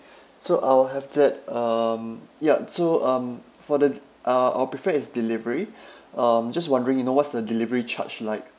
so I'll have that um ya so um for the uh I'll prefer it's delivery um just wondering you know what's the delivery charge like